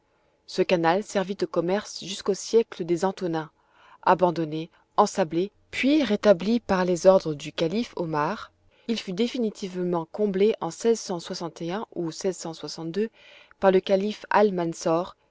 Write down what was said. ce canal servit au commerce jusqu'au siècle des antonins abandonné ensablé puis rétabli par les ordres du calife omar il fut définitivement comblé en ou par le calife